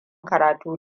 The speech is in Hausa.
karatu